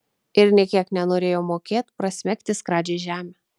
ir nė kiek nenorėjo mokėt prasmegti skradžiai žemę